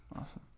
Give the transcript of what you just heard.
Awesome